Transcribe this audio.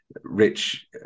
rich